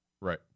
right